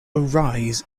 arise